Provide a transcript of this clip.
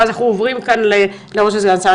ואז אנחנו עוברים להערות של סגן השר.